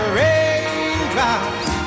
raindrops